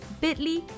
bit.ly